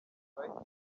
wright